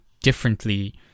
differently